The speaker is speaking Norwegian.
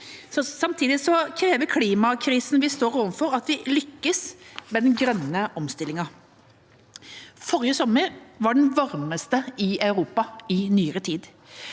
Samtidig krever klimakrisen vi står overfor, at vi lykkes med den grønne omstillingen. Forrige sommer var den varmeste i Europa i nyere tid.